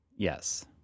Yes